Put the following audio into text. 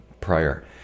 prior